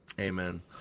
amen